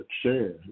share